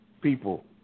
people